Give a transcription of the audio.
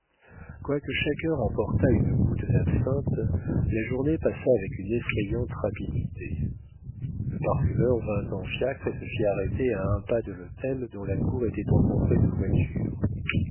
quoique chaque heure apportât une goutte d'absinthe la journée passa avec une effrayante rapidité le parfumeur vint en fiacre et se fit arrêter à un pas de l'hôtel dont la cour était encombrée de voitures